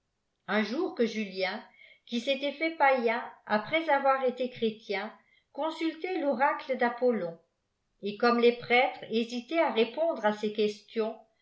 lîh jour que julien qui s'était fait païen après avoir été chrétien coiisiiltait toracle d'apollon et comme leà prêtres hésitaient à répondre à ses questions